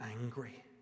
angry